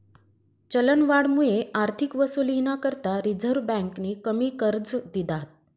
चलनवाढमुये आर्थिक वसुलीना करता रिझर्व्ह बँकेनी कमी कर्ज दिधात